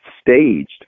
staged